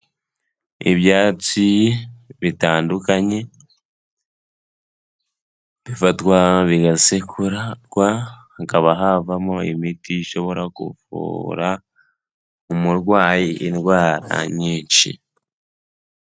Ibyatsi bitandukanye bifatwa bigasekurwa, hakaba havamo imiti ishobora kuvura umurwayi indwara nyinshi.